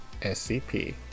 scp